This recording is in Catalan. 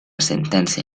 sentència